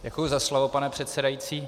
Děkuji za slovo, pane předsedající.